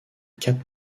quatre